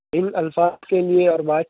اِن الفاظ کے لٮٔےاور بات